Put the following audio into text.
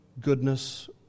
goodness